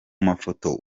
mafoto